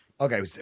Okay